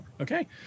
Okay